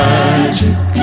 Magic